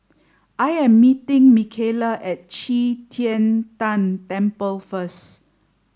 I am meeting Mikaela at Qi Tian Tan Temple first